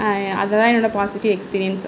அதுதான் என்னோடய positive experience